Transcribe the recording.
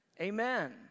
Amen